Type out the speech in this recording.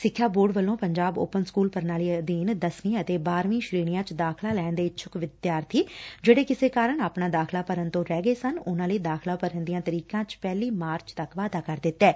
ਸਿੱਖਿਆ ਬੋਰਡ ਵੱਲੋਂ Punjab open school ਪੁਣਾਲੀ ਅਧੀਨ ਦਸਵੀਂ ਅਤੇ ਬਾਰੁਵੀਂ ਸ਼ੇਣੀਆਂ ਵਿੱਚ ਦਾਖਲਾ ਲੈਣ ਦੇ ਇੱਛਕ ਵਿਦਿਆਰਬੀ ਜਿਹੜੇ ਕਿਸੇ ਕਾਰਣ ਆਪਣਾ ਦਾਖਲਾ ਭਰਨ ਤੋਂ ਰਹਿ ਗਏ ਸਨ ਉਨਾਂ ਲਈ ਦਾਖਲਾ ਭਰਨ ਦੀਆਂ ਤਰੀਕਾ ਵਿੱਚ ਪਹਿਲੀ ਮਾਰਚ ਤੱਕ ਦਾ ਵਾਧਾ ਕਰ ਦਿੱਤੈ